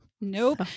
nope